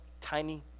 tiny